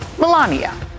Melania